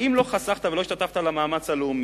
אם לא חסכת ולא השתתפת במאמץ הלאומי,